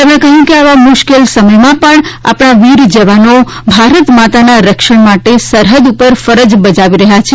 તેમણે કહ્યું કે આવા મુશ્કેલ સમયમાં પણ આપણા વીર જવાનો ભારતમાતાના રક્ષણ માટે સરહદ ઉપર ફરજ બજાવી રહ્યા છે